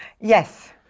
Yes